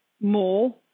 more